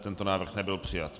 Tento návrh nebyl přijat.